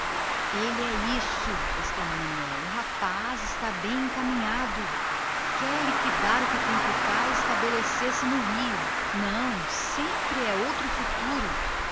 ele é isso exclamou pescada o rapaz está bem encaminhado quer liquidar o que tem por cá e estabelecer-se no rio não sempre é outro futuro